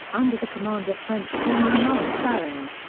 under the command of french general maurice sarrail.